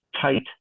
tight